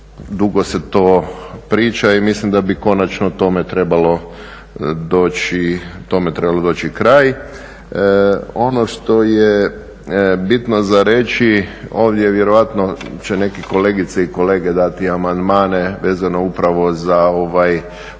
dugo se to priča i mislim da bi tome konačno trebalo doći kraj. Ono što je bitno za reći ovdje će vjerojatno neke kolegice i kolege dati amandmane vezane upravo za